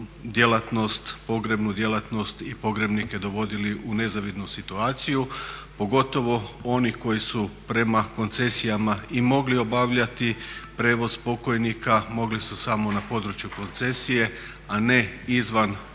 djelatnost, pogrebnu djelatnost i pogrebnike dovodili u nezavidnu situaciju. Pogotovo oni koji su prema koncesijama mogli obavljati prijevoz pokojnika mogli su samo na području koncesije, a ne izvan koncesije